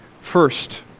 First